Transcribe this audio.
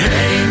Hey